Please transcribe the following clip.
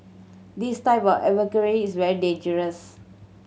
this type of advocacy is very dangerous